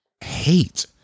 hate